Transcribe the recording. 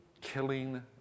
killing